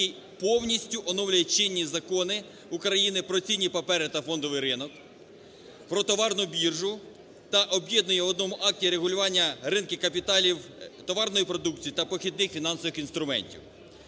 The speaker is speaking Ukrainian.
який повністю оновлює чинні закони України "Про цінні папери та фондовий ринок", "Про товарну біржу" та об'єднує в одному акті регулювання ринки капіталів товарної продукції та похідних фінансових інструментів.